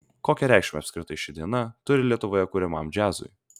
kokią reikšmę apskritai ši diena turi lietuvoje kuriamam džiazui